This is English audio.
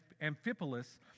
Amphipolis